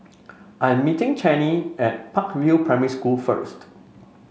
I'm meeting Chanie at Park View Primary School first